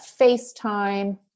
FaceTime